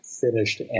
finished